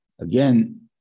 Again